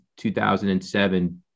2007